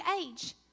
age